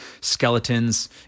skeletons